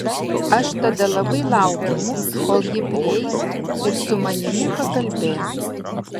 aš tada labai laukiau kol ji prieis ir su manimi pakalbės